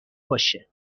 باشه